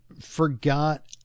forgot